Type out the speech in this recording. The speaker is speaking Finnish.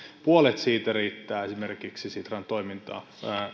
puolet siitä riittää esimerkiksi sitran toimintaan